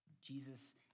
Jesus